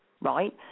Right